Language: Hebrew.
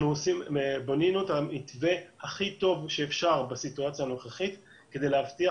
בנינו את המתווה הכי טוב שאפשר בסיטואציה הנוכחית כדי להבטיח,